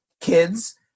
kids